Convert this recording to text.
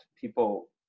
People